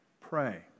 Pray